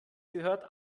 gehört